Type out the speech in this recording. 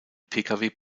pkw